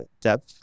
depth